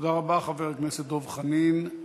תודה רבה, חבר הכנסת דב חנין.